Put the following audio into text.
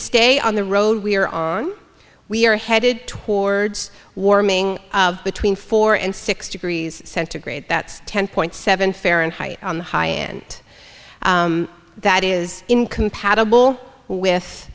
stay on the road we're on we're headed towards warming between four and six degrees centigrade that's ten point seven fahrenheit on the high end that is incompatible with